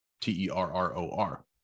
T-E-R-R-O-R